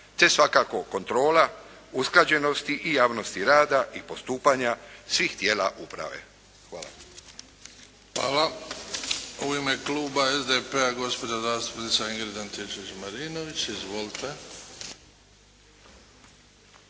te svakako kontrola usklađenost i javnosti rada i postupanja svih tijela uprave. Hvala. **Bebić, Luka (HDZ)** Hvala. U ime kluba SDP-a gospođa zastupnica Ingrid Antičević-Marinović. Izvolite.